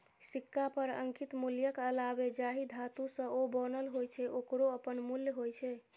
सिक्का पर अंकित मूल्यक अलावे जाहि धातु सं ओ बनल होइ छै, ओकरो अपन मूल्य होइ छै